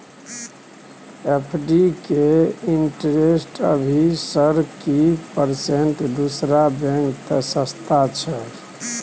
FD के interest अभी sir की परसेंट दूसरा बैंक त सस्ता छः?